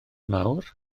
mawr